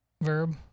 verb